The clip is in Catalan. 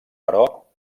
però